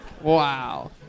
Wow